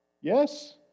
Yes